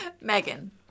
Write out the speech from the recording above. Megan